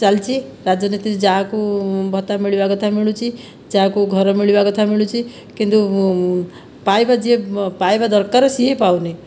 ଚାଲିଛି ରାଜନୀତି ଯାହାକୁ ଭତ୍ତା ମିଳିବା କଥା ମିଳୁଛି ଯାହାକୁ ଘର ମିଳିବା କଥା ମିଳୁଛି କିନ୍ତୁ ପାଇବା ଯିଏ ପାଇବା ଦରକାର ସେ ପାଉନାହିଁ